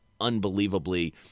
unbelievably